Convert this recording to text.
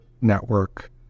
network